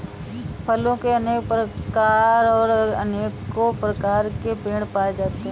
फलों के अनेक प्रकार और अनेको आकार के पेड़ पाए जाते है